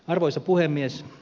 arvoisa puhemies